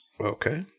Okay